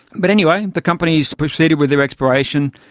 but anyway, the companies proceeded with their exploration,